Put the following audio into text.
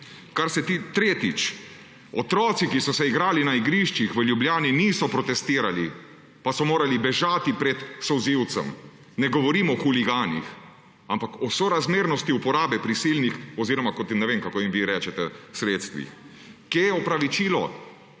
vojni. Tretjič. Otroci, ki so se igrali na igriščih v Ljubljani niso protestirali pa so morali bežati pred solzem ne govorim o huliganih, ampak o sorazmernosti uporabe prisilnih oziroma kot je ne vem kako jim vi rečete sredstvih. Kje je opravičilo